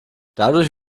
dadurch